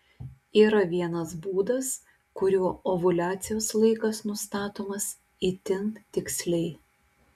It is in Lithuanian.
yra vienas būdas kuriuo ovuliacijos laikas nustatomas itin tiksliai